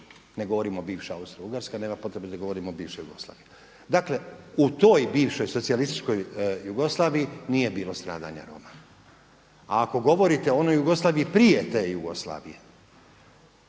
ne govorimo bivša Austro-ugarska nema potrebe da govorimo bivša Jugoslavija. Dakle u toj bivšoj socijalističkoj Jugoslaviji nije bilo stradanja Roma. A ako govorite o onoj Jugoslaviji prije te Jugoslavije,